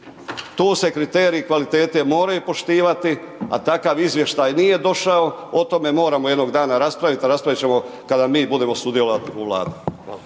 Tu se kriterij kvalitete moraju poštivati, a takav Izvještaj nije došao, o tome moramo jednog dana raspravit, a raspravit ćemo kada mi budemo sudjelovali u Vladi.